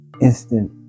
instant